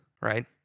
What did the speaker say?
right